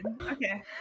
okay